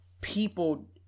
people